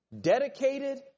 dedicated